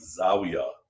zawiya